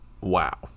wow